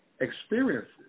experiences